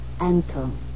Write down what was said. Anton